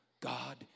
God